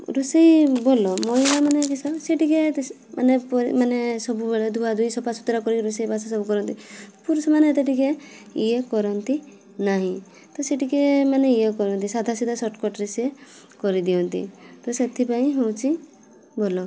ରୋଷେଇ ଭଲ ମହିଳାମାନେ କିସ ସେ ଟିକେ ମାନେ ପରି ମାନେ ସବୁବେଳେ ଧୁଆ ଧୋଇ ସଫା ସୁତୁରା କରିକି ରୋଷେଇବାସ ସବୁ କରନ୍ତି ପୁରୁଷ ମାନେ ଏତେ ଟିକେ ଇଏ କରନ୍ତି ନାହିଁ ତ ସିଏ ଟିକେ ମାନେ ଇଏ କରନ୍ତି ସାଧା ସିଧା ସଟ କଟରେ ସିଏ କରିଦିଅନ୍ତି ତ ସେଥିପାଇଁ ହଉଛି ଭଲ